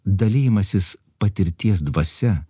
dalijimasis patirties dvasia